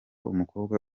umukobwa